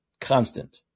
constant